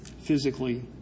physically